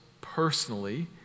personally